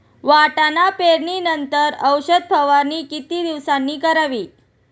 वाटाणा पेरणी नंतर औषध फवारणी किती दिवसांनी करावी?